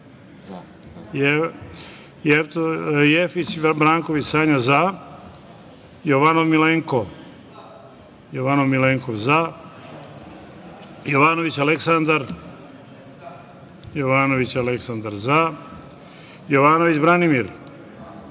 za; Jefić Branković Sanja – za; Jovanov Milenko – za; Jovanović Aleksandar – za; Jovanović Branimir –